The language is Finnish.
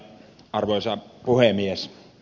arvoisa puhemies